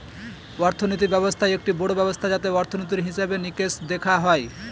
অর্থনীতি ব্যবস্থা একটি বড়ো ব্যবস্থা যাতে অর্থনীতির, হিসেবে নিকেশ দেখা হয়